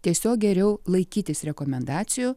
tiesiog geriau laikytis rekomendacijų